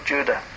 Judah